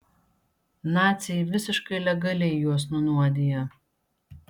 naciai visiškai legaliai juos nunuodija